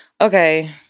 Okay